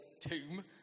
tomb